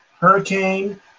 Hurricane